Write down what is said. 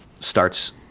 starts